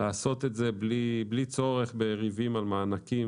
לעשות את זה בלי צורך בריבים על מענקים